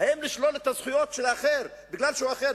האם לשלול את הזכויות של האחר בגלל שהוא האחר,